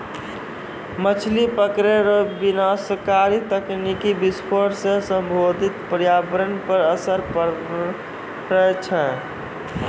मछली पकड़ै रो विनाशकारी तकनीकी विस्फोट से भौतिक परयावरण पर असर पड़ै छै